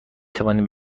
توانیم